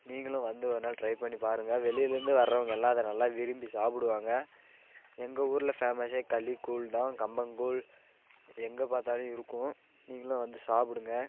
நீங்களும் வந்து ஒரு நாள் டிரை பண்ணி பாருங்கள் வெளியிலருந்து வரவங்க எல்லா அதை நல்லா விரும்பி சாப்பிடுவாங்க எங்கள் ஊரில் ஃபேமஸே களி கூழ்தான் கம்பங்கூழ் எங்கள் பார்த்தாலும் இருக்கும் நீங்களும் வந்து சாப்பிடுங்க